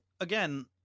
again –